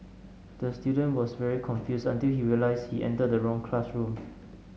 the student was very confused until he realised he entered the wrong classroom